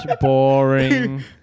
boring